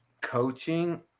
coaching